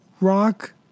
rock